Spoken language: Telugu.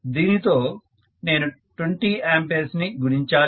దీనితో నేను 20 A ని గుణించాలి